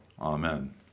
Amen